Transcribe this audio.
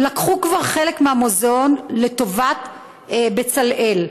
לקחו כבר חלק מהמוזיאון לטובת "בצלאל".